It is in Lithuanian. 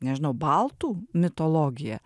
nežinau baltų mitologija